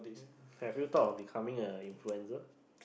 have you thought of becoming a influencer